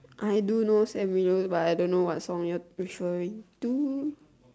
I do knows every but I don't what song you want to show me to